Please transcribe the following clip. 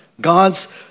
God's